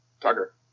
Tucker